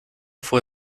fue